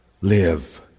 live